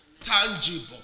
tangible